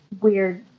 weird